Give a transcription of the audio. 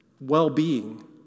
well-being